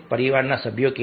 પરિવારના સભ્યો કેવા છે